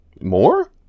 More